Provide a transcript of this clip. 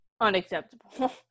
unacceptable